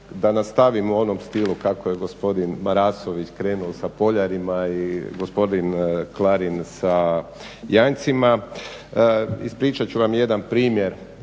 da nastavim u onom stilu kako je gospodin Marasović krenuo sa … i gospodin Klarin sa janjcima, ispričat ću vam jedan primjer